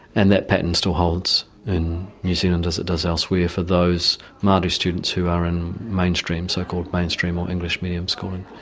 and that pattern still holds in new zealand as it does elsewhere for those maori students who are in so-called mainstream or english medium schooling.